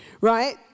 right